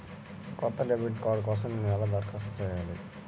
కొత్త debit card కోసం నేను ఎలా దరఖాస్తు చేయాలి?